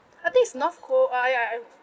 I think it's north ko~ ah ya